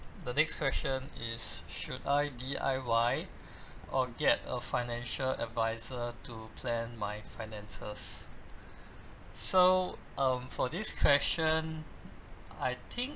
the next question is should I D_I_Y or get a financial advisor to plan my finances so um for this question I think